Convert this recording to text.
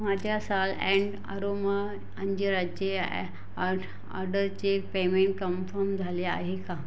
माझ्या साल and aroma ऑड ऑर्डरचे पेमेंट कन्फम झाले आहे का